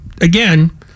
again